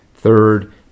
Third